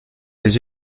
les